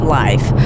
life